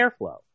airflow